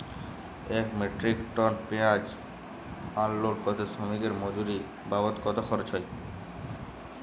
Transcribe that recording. এক metric ton পেঁয়াজ unload করতে শ্রমিকের মজুরি বাবদ কত খরচ হয়?